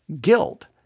guilt